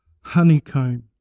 honeycomb